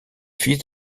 fils